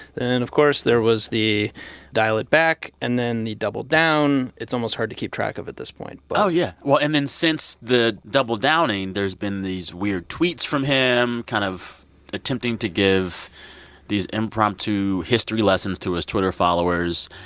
and, of course, there was the dial-it-back and then the double down. it's almost hard to keep track of at this point oh, yeah. well, and then, since the double downing, there's been these weird tweets from him kind of attempting to give these impromptu history lessons to his twitter followers.